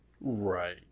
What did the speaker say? Right